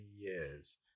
years